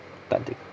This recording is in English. takde